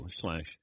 slash